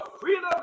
freedom